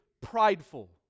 prideful